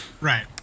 right